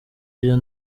byo